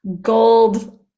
gold